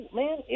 man